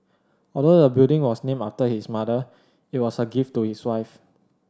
although the building was named after his mother it was a gift to his wife